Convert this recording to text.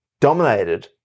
dominated